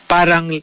Parang